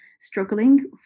struggling